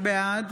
בעד